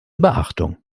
beachtung